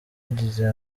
agize